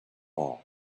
all